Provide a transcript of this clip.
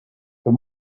good